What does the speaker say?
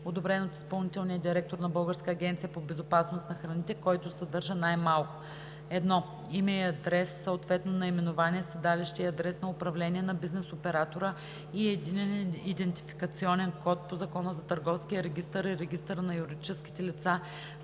одобрен от изпълнителния директор на Българската агенция по безопасност на храните, което съдържа най-малко: 1. име и адрес, съответно наименование, седалище и адрес на управление на бизнес оператора и единен идентификационен код по Закона за търговския регистър и регистъра на юридическите лица